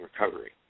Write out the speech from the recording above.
recovery